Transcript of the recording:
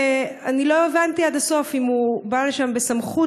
אני לא הבנתי עד הסוף אם הוא בא לשם בסמכות